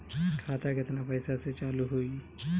खाता केतना पैसा से चालु होई?